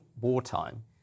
wartime